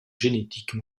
génétiques